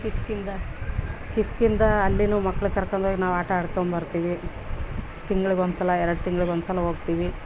ಕಿಸ್ಕಿಂದ ಕಿಸ್ಕಿಂದ ಅಲ್ಲಿನೂ ಮಕ್ಳು ಕರ್ಕೊಂಡೋಗಿ ನಾವು ಆಟ ಆಡ್ಕೊಂಬರ್ತೀವಿ ತಿಂಗ್ಳಿಗೊಂದ್ಸಲ ಎರಡು ತಿಂಗಳಿಗೊಂದ್ಸಲ ಹೋಗ್ತೀವಿ